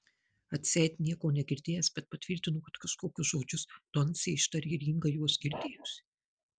atseit nieko negirdėjęs bet patvirtino kad kažkokius žodžius doncė ištarė ir inga juos girdėjusi